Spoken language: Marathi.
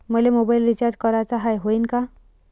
मले मोबाईल रिचार्ज कराचा हाय, होईनं का?